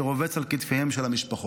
שרובץ על כתפיהן של המשפחות.